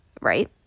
right